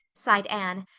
sighed anne,